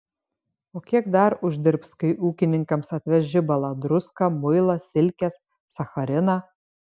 o kiek dar uždirbs kai ūkininkams atveš žibalą druską muilą silkes sachariną